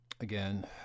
again